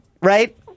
right